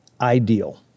ideal